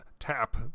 Tap